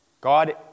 God